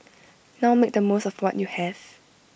now make the most of what you have